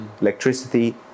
electricity